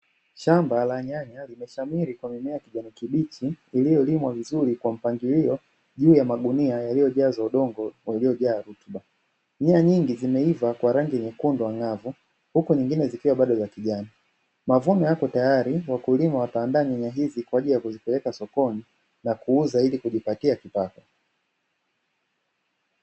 Shamba la nyanya limeshamiri kwa mimea ya kijani kibichi iliyolimwa vizuri kwa mpangilio juu ya magunia yaliyojazwa udongo uliojaa rutuba, nyanya nyingi zimeiva kwa rangi nyekundu ang'avu. Huku nyingine zikiwa bado za kijani.,mavuno yapo tayari wakulima wataandaa nyanya hizi kwa ajili ya kuzipeleka sokoni na kuuza ili kujipatia kipato.